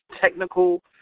technical